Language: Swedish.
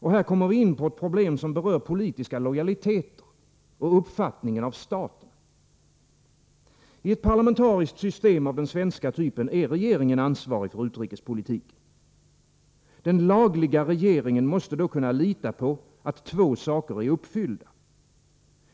Och här kommer vi in på ett problem, som berör politiska lojaliteter och uppfattningen av staten. I ett parlamentariskt system av den svenska typen är regeringen ansvarig för utrikespolitiken. Den lagliga regeringen måste då kunna lita på att två saker är uppfyllda.